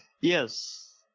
yes